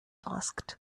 asked